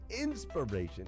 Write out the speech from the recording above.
inspiration